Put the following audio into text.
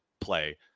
play